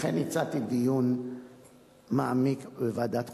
לכן הצעתי דיון מעמיק בוועדת החוקה,